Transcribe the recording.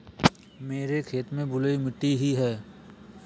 मेरे खेत में बलुई मिट्टी ही है